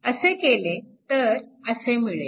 असे केले तर असे मिळेल